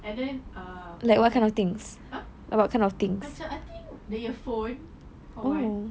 and then uh what's that macam I think earphone for one